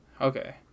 Okay